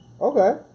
okay